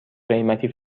قیمتی